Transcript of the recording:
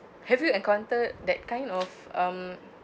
have you encountered that kind of um